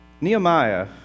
Nehemiah